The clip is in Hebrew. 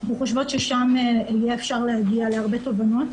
אני חושבת ששם יהיה אפשר להגיע להרבה תובנות.